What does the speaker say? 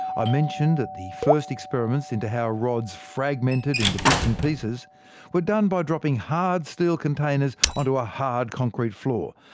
i mentioned that the first experiments into how rods fragmented into bits and pieces were done by dropping hard steel containers onto a hard concrete floor.